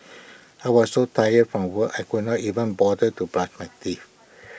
I was so tired from work I could not even bother to brush my teeth